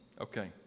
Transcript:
Okay